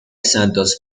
santos